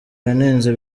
yanenze